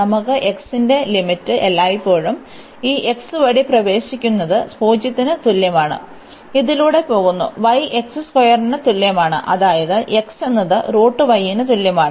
നമുക്ക് x ന്റെ പരിധി എല്ലായ്പ്പോഴും ഈ x വഴി പ്രവേശിക്കുന്നത് 0 ന് തുല്യമാണ് ഇതിലൂടെ പോകുന്നു y ന് തുല്യമാണ് അതായത് x എന്നത് ന് തുല്യമാണ്